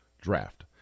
draft